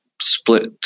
split